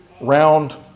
round